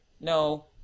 No